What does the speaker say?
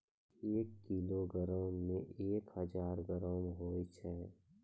एक किलोग्रामो मे एक हजार ग्राम होय छै